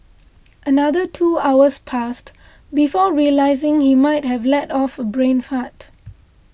another two hours passed before realising he might have let off a brain fart